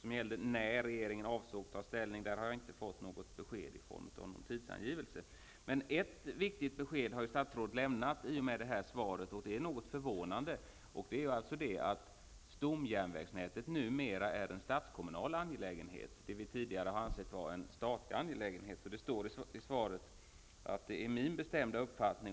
som gällde när regeringen avser att ta ställning inte har fått något besked i form av en tidsangivelse. Statsrådet har dock lämnat ett viktigt, men förvånande, besked i svaret. Stomjärnvägsnätet är således numera en statskommunal angelägenhet. Det har tidigare ansetts vara en statlig angelägenhet. Det sägs i svaret att det är statsrådets bestämda uppfattning.